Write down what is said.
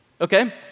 Okay